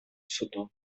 суду